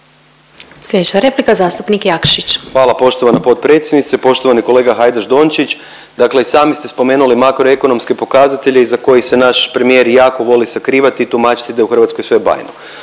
Slijedeća replika zastupnik Jakšić. **Jakšić, Mišel (SDP)** Hvala poštovana potpredsjednice. Poštovani kolega Hajdaš Dončić, dakle i sami ste spomenuli makroekonomske pokazatelje iza kojih se naš premijer jako voli sakrivati i tumačiti da je u Hrvatskoj sve bajno.